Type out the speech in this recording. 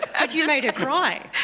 but you made her cry.